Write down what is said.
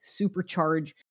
supercharge